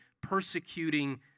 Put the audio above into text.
persecuting